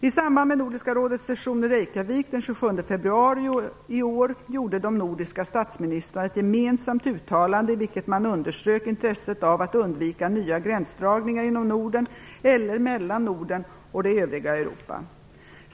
I samband med Nordiska rådets session i Reykjavik den 27 februari i år gjorde de nordiska statsministrarna ett gemensamt uttalande i vilket man underströk intresset av att undvika nya gränsdragningar inom Norden eller mellan Norden och det övriga Europa.